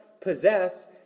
possess